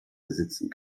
besitzen